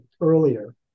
earlier